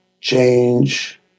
change